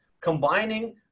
combining